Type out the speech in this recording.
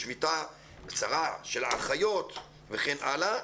לשביתה קצרה של האחיות וכן הלאה.